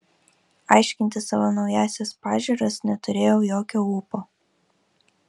aiškinti savo naująsias pažiūras neturėjau jokio ūpo